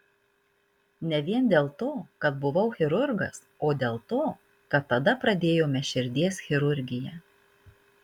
ne vien dėl to kad buvau chirurgas o dėl to kad tada pradėjome širdies chirurgiją